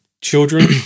children